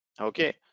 okay